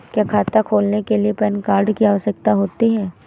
क्या खाता खोलने के लिए पैन कार्ड की आवश्यकता होती है?